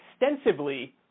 extensively